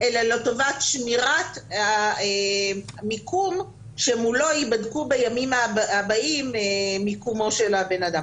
אלא לטובת שמירת המיקום שמולו ייבדק בימים הבאים מיקומו של הבן אדם.